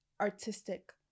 artistic